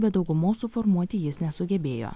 bet daugumos suformuoti jis nesugebėjo